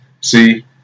See